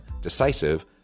decisive